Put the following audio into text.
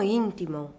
intimo